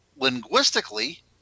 linguistically